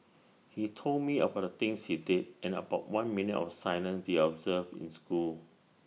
he told me about the things he did and about one minute of silence they observed in school